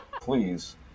please